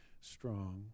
strong